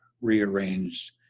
rearranged